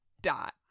dot